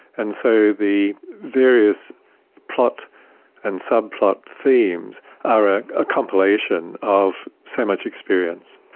and so the various plot and subplot themes are a ah compilation of so much experience.